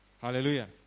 Hallelujah